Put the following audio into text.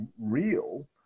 real